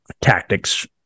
tactics